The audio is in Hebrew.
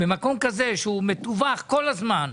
במקום כזה שהוא מתווך כל הזמן.